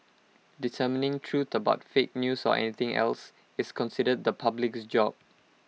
determining truth about fake news or anything else is considered the public's job